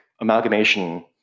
amalgamation